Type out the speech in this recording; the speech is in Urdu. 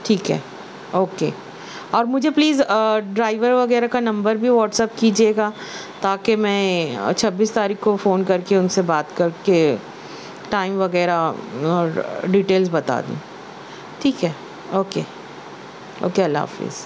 ٹھیک ہے اوکے اور مجھے پلیز ڈرائیور وغیرہ کا نمبر بھی واٹسپ کیجئے گا تاکہ میں چھبیس تاریخ کو فون کر کے ان سے بات کر کے ٹائم وغیرہ اور ڈیٹیلس بتا دوں ٹھیک ہے اوکے اوکے اللہ حافظ